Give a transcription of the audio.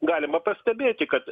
galima pastebėti kad